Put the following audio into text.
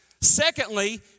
Secondly